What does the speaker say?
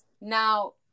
now